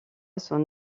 son